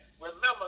Remember